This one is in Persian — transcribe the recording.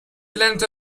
لنت